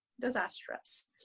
disastrous